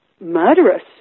murderous